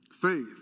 faith